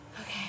Okay